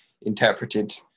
interpreted